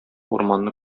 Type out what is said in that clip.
урманны